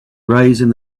raising